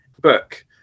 book